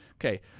Okay